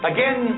Again